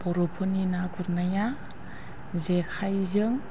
बर'फोरनि ना गुरनाया जेखाइजों